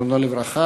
זכרו לברכה,